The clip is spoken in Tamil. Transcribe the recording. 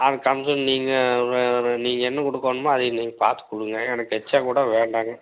அது கமிஷன் நீங்கள் நீங்கள் என்ன கொடுக்கோணுமோ அதை நீங்கள் பார்த்து கொடுங்க எனக்கு எச்சா கூட வேண்டாங்க